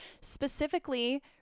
specifically